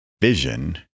Vision